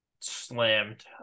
slammed